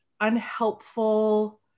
unhelpful